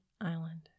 island